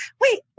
Wait